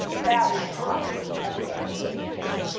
that was not ever going to be.